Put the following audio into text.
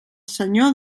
senyor